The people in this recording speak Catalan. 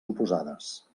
oposades